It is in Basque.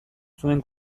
zuen